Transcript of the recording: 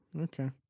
Okay